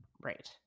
right